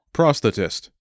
Prosthetist